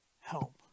help